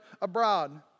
abroad